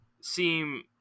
seem